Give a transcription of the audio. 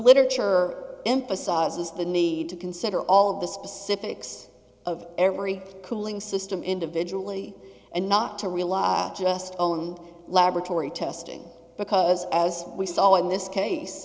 literature emphasizes the need to consider all the specifics of every cooling system individually and not to rely just on laboratory testing because as we saw in this case